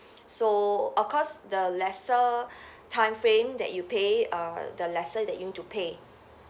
so of course the lesser time frame that you pay err the lesser that you need to pay